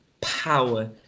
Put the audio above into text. power